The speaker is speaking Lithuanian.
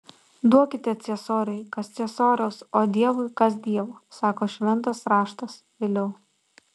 duokite ciesoriui kas ciesoriaus o dievui kas dievo sako šventas raštas viliau